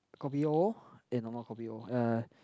kopi o and normal kopi o uh